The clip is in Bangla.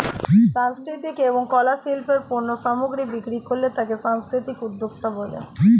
সাংস্কৃতিক এবং কলা শিল্পের পণ্য সামগ্রী বিক্রি করলে তাকে সাংস্কৃতিক উদ্যোক্তা বলে